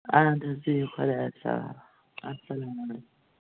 اَدٕ حظ بِہِو خدایَس حَوالہٕ اَسلام علیکُم